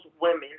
women